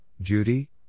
Judy